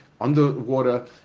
underwater